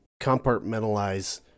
compartmentalize